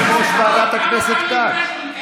אבל יושב-ראש ועדת הכנסת כאן.